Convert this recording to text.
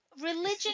religion